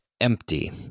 empty